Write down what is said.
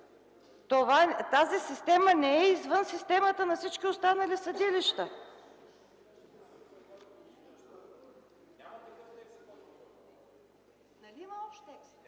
Тази система не е извън системата на всички останали съдилища.